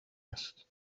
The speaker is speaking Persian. است